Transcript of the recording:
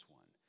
one